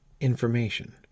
information